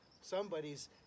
somebody's